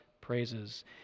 praises